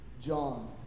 John